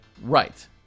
Right